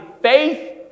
faith